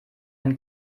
ein